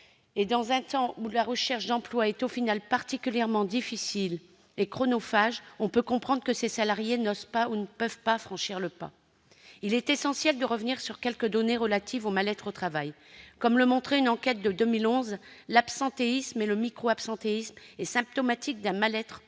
Dans un temps où la recherche d'emploi est particulièrement difficile et chronophage, on peut comprendre que ces salariés n'osent pas ou ne puissent pas franchir le pas. Il est essentiel de revenir sur quelques données relatives au mal-être au travail. Comme le montrait une enquête de 2011, l'absentéisme et le micro-abstentéisme sont symptomatiques d'un mal-être profond